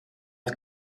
els